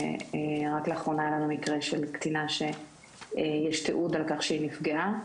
רק לאחרונה היו לנו מקרה של קטינה שיש תיעוד על-כך שהיא נפגעה,